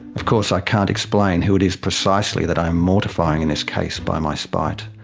of course i can't explain who it is precisely that i am mortifying in this case by my spite.